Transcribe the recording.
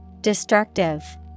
Destructive